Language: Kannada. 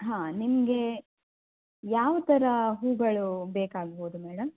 ಹಾಂ ನಿಮಗೆ ಯಾವ ಥರ ಹೂಗಳು ಬೇಕಾಗ್ಬೋದು ಮೇಡಮ್